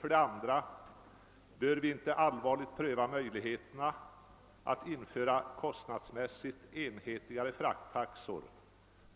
För det andra ifrågasätter jag, om vi inte allvarligt bör pröva möjligheterna att införa kostnadsmässigt «<:enhetligare frakttaxor